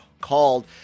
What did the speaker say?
called